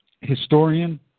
historian